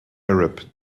arab